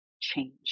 change